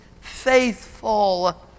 faithful